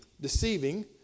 deceiving